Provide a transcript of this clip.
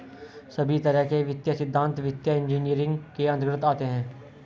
सभी तरह के वित्तीय सिद्धान्त वित्तीय इन्जीनियरिंग के अन्तर्गत आते हैं